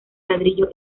ladrillo